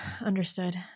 understood